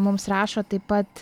mums rašo taip pat